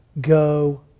go